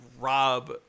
rob